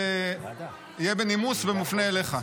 זה יהיה בנימוס ומופנה אליך.